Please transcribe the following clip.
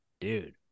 dude